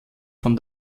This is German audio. von